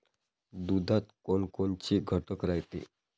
दुधात कोनकोनचे घटक रायते?